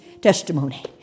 testimony